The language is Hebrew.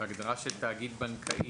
בהגדרה של תאגיד בנקאי.